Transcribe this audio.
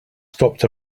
stopped